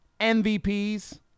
mvps